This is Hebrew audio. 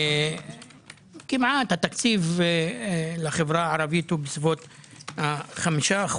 כמעט התקציב לחברה הערבית הוא כ-5%,